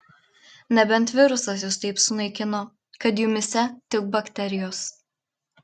nebent virusas jus taip sunaikino kad jumyse tik bakterijos